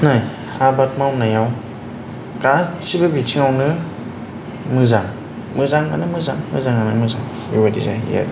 नाय आबाद मावनायाव गासैबो बिथिङावनो मोजां मोजाङानो मोजां मोजाङानो मोजां बेबायदि जाहैयो आरो